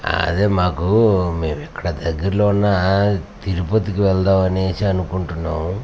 అదే మాకు మేము ఇక్కడ దగ్గరలో ఉన్న తిరుపతికి వెళదాము అనేసి అనుకుంటున్నాము